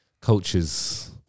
Cultures